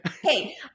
Hey